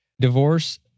divorce